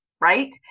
Right